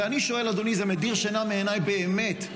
ואני שואל, אדוני, זה מדיר שינה מעיניי באמת,